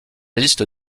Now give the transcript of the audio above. liste